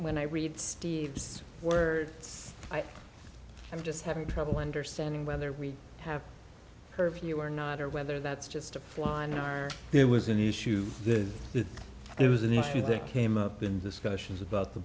when i read steve's words i i'm just having trouble understanding whether we have curfew or not or whether that's just a fly on our it was an issue that it was an issue that came up in discussions about the